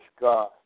God